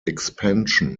expansion